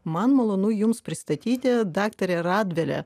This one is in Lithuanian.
man malonu jums pristatyti daktarę radvilė